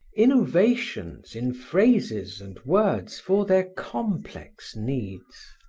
innovations in phrases and words for their complex needs.